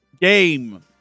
game